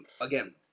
again